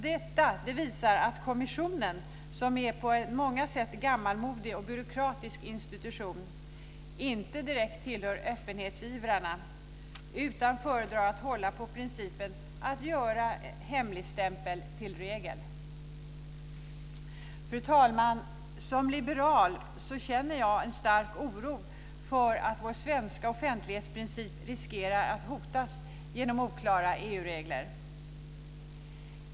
Detta visar att kommissionen, som är en på många sätt gammalmodig och byråkratisk institution, inte direkt tillhör öppenhetsivrarna utan föredrar att hålla på principen att göra hemligstämpel till regel. Fru talman! Som liberal känner jag en stark oro för att vår svenska offentlighetsprincip riskerar att hotas genom oklara EU-regler.